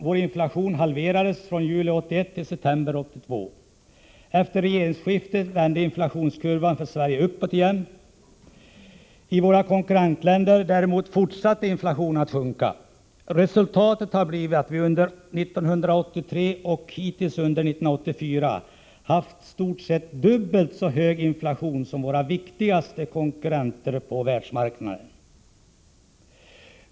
Vår inflation halverades från juli 1981 till september 1982. Efter regeringsskiftet vände inflationskurvan för Sverige uppåt igen. I våra konkurrentländer däremot fortsatte inflationen att sjunka. Resultatet har blivit att vi under hela 1983 och hittills under 1984 haft en i stort sett dubbelt så hög inflation som våra viktigaste konkurrenter på världsmarknaden.